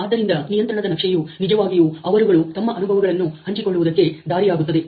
ಆದ್ದರಿಂದ ನಿಯಂತ್ರಣದ ನಕ್ಷೆಯು ನಿಜವಾಗಿಯೂ ಅವರುಗಳು ತಮ್ಮ ಅನುಭವಗಳನ್ನು ಹಂಚಿಕೊಳ್ಳುವುದಕ್ಕೆ ದಾರಿಯಾಗುತ್ತದೆ